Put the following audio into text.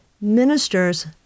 Ministers